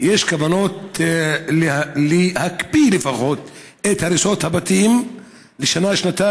יש כוונות להקפיא לפחות את הריסות הבתים בשנה-שנתיים,